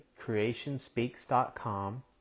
creationspeaks.com